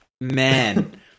man